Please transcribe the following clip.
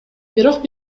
бирок